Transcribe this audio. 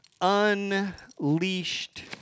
unleashed